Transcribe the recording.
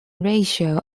ratio